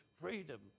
freedom